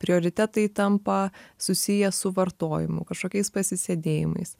prioritetai tampa susiję su vartojimu kažkokiais pasisėdėjimais